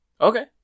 Okay